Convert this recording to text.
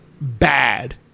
bad